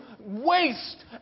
waste